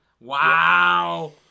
Wow